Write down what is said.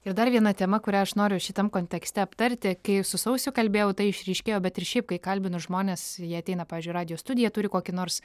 ir dar viena tema kurią aš noriu šitam kontekste aptarti kai su sausiu kalbėjau tai išryškėjo bet ir šiaip kai kalbinu žmones jie ateina pavyzdžiui į radijo studiją turi kokį nors